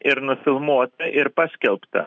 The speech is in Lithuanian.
ir nufilmuota ir paskelbta